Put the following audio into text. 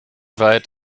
weit